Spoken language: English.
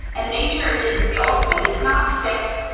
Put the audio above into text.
and nature is the ultimate, it's not fixed,